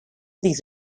these